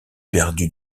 perdue